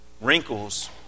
wrinkles